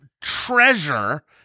treasure